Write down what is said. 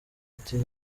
ati